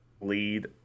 lead